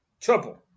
Trouble